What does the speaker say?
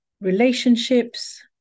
relationships